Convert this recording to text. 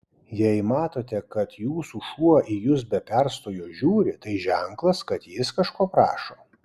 jei matote kad jūsų šuo į jus be perstojo žiūri tai ženklas kad jis kažko prašo